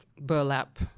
burlap